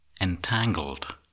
entangled